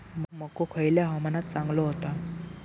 मको खयल्या हवामानात चांगलो होता?